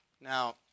now